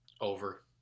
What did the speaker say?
Over